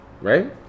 Right